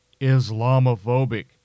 Islamophobic